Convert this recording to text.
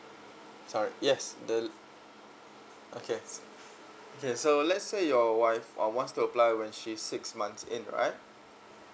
sorry yes the okay okay so let's say your wife uh wants to apply when she's six months in right